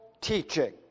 teaching